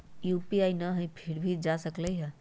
UPI न हई फिर भी जा सकलई ह?